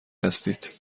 هستید